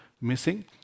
missing